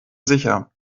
sicher